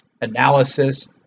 analysis